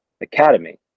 academy